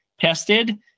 tested